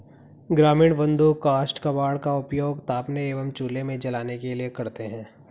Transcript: ग्रामीण बंधु काष्ठ कबाड़ का उपयोग तापने एवं चूल्हे में जलाने के लिए करते हैं